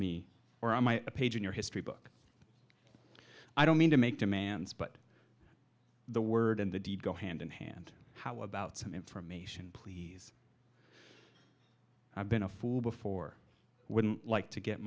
me or am i a page in your history book i don't mean to make demands but the word and the deed go hand in hand how about some information please i've been a fool before wouldn't like to get